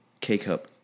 K-cup